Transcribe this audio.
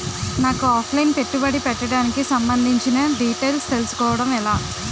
నాకు offline పెట్టుబడి పెట్టడానికి సంబందించిన డీటైల్స్ తెలుసుకోవడం ఎలా?